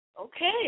Okay